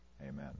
amen